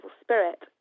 spirit